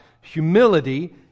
humility